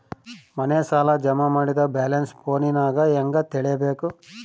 ಮನೆ ಸಾಲ ಜಮಾ ಮಾಡಿದ ಬ್ಯಾಲೆನ್ಸ್ ಫೋನಿನಾಗ ಹೆಂಗ ತಿಳೇಬೇಕು?